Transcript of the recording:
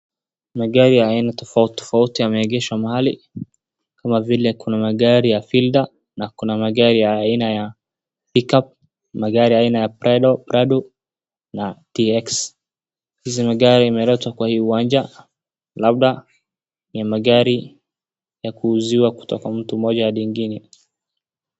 Kuna magari ya aina tofautitofauti yameegeshwa mahali kama vile kuna magari ya fielder na kuna magari ya aina ya pickup kuna gri aina ya prado na TX . Hizi magari imeletwa kwa hii uwanja labda ni magari ya kuuziwa kutoka mtu mmoja hadi mwingine.